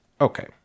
Okay